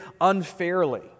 unfairly